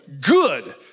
good